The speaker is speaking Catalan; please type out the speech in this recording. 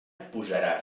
posarà